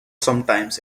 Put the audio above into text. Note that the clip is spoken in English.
sometimes